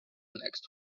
next